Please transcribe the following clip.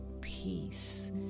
peace